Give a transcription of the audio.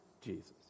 Jesus